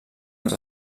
als